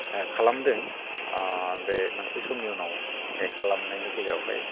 खालामदों बे मोनसे समनि उनाव बे खालामनायनि गेजेरावहाय